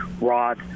rod